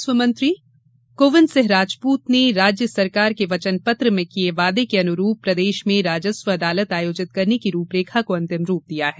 राजस्व मंत्री गोविन्द सिंह राजपूत ने राज्य सरकार के वचन पत्र में किये वादे के अनुरूप प्रदेश में राजस्व अदालत आयोजित करने की रूपरेखा को अंतिम रूप दिया है